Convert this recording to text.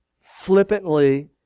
flippantly